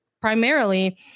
primarily –